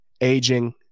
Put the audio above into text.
aging